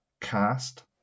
Cast